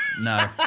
No